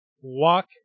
walk